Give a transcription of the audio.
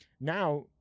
Now